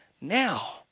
now